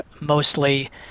mostly